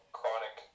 chronic